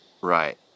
Right